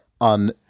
on